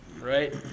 right